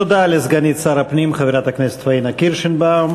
תודה לסגנית שר הפנים, חברת הכנסת פניה קירשנבאום.